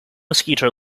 mosquito